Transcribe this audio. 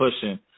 pushing –